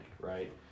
right